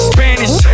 Spanish